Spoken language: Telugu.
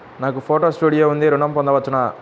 నాకు ఫోటో స్టూడియో ఉంది ఋణం పొంద వచ్చునా?